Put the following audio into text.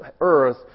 earth